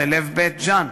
בלב בית-ג'ן.